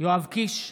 יואב קיש,